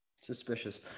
Suspicious